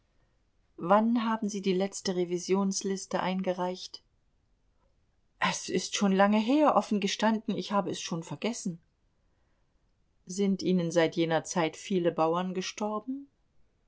wann haben sie die letzte revisionsliste eingereicht es ist schon lange her offen gestanden ich habe es schon vergessen sind ihnen seit jener zeit viele bauern gestorben